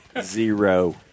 Zero